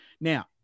Now